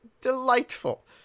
delightful